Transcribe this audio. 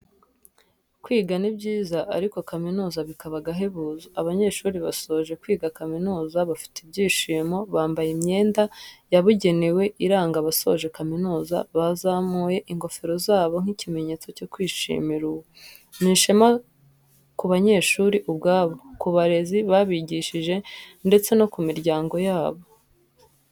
Kwiga ni byiza ariko kuminuza bikaba agahebuzo, abanyeshuri basoje kaminuza bafite ibyishimo, bambaye imyenda yabugenewe iranga abasoje kaminuza bazamuye ingofero zabo nk'ikimenyetso cyo kwishimira uwo, ni ishema ku banyeshuri ubwabo, ku barezi babigishije ndetse no ku miryango yabo.